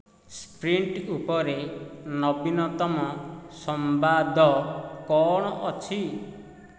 sprint ଉପରେ ନବୀନତମ ସମ୍ବାଦ କ'ଣ ଅଛି